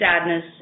sadness